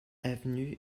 avenue